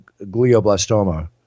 glioblastoma